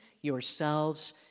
yourselves